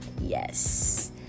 yes